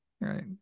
Right